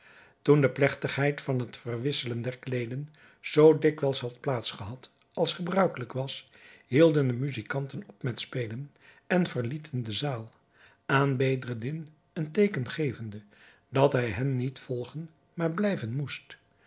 toen de plegtigheid van het verwisselen der kleederen zoo dikwijls had plaats gehad als gebruikelijk was hielden de muzijkanten op met spelen en verlieten de zaal aan bedreddin een teeken gevende dat hij hen niet volgen maar blijven moest